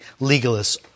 legalists